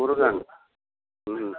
முருகன் ம்